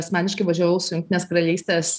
asmeniškai važiavau su jungtinės karalystės